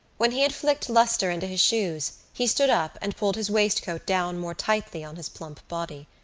when he had flicked lustre into his shoes he stood up and pulled his waistcoat down more tightly on his plump body.